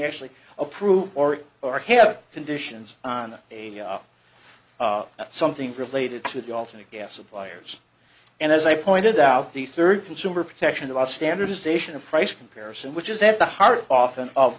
actually approve or or have conditions on a something related to the alternate gas suppliers and as i pointed out the third consumer protection about standardization of price comparison which is that the heart often of